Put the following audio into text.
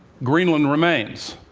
greenland remains.